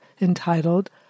entitled